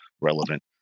relevant